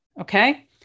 okay